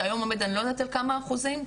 שהיום עומד אני לא יודעת על כמה אחוזים,